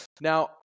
Now